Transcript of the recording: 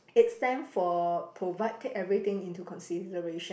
it stand for provided everything into consideration